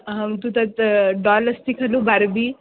अहं तु तत् डालस्ति खलु बार्बि